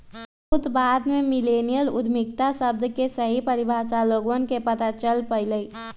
बहुत बाद में मिल्लेनियल उद्यमिता शब्द के सही परिभाषा लोगवन के पता चल पईलय